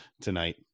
tonight